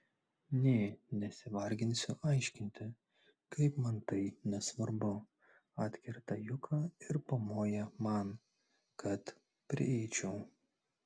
nė nesivarginsiu aiškinti kaip man tai nesvarbu atkerta juka ir pamoja man kad prieičiau